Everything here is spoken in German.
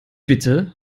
bitte